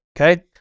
okay